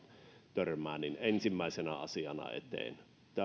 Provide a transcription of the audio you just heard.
törmää ensimmäisenä asiana eteen